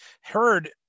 heard